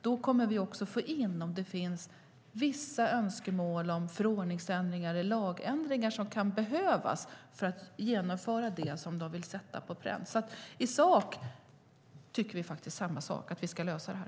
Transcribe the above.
Då kommer vi att få in vissa önskemål, om det finns sådana, om förordnings eller lagändringar som kan behövas för att genomföra det som man vill sätta på pränt. I sak tycker vi samma sak: Vi ska lösa det här.